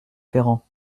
ferrand